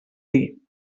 dir